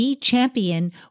champion